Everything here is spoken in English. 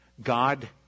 God